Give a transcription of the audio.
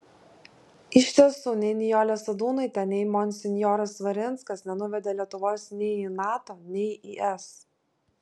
iš tiesų nei nijolė sadūnaitė nei monsinjoras svarinskas nenuvedė lietuvos nei į nato nei į es